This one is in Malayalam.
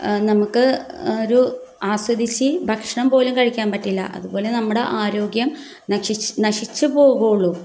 നമുക്ക് ഒരു ആസ്വദിച്ച് ഭക്ഷണം പോലും കഴിക്കാൻ പറ്റില്ല അതുപോലെ നമ്മുടെ ആരോഗ്യം നശിച്ചു പോകുകയെയുള്ളൂ